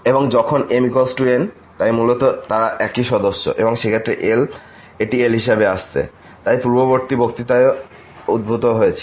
এবং যখন m n তাই মূলত তারা একই সদস্য সেই ক্ষেত্রে এটি l হিসাবে আসছে তাই এটি পূর্ববর্তী বক্তৃতায়ও উদ্ভূত হয়েছিল